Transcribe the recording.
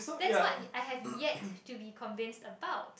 that's what I have yet to be convince about